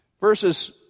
Verses